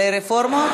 לרפורמות?